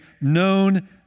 known